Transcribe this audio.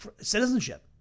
citizenship